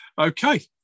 okay